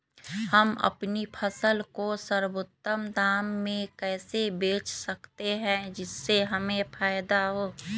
हम अपनी फसल को सर्वोत्तम दाम में कैसे बेच सकते हैं जिससे हमें फायदा हो?